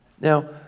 Now